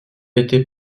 était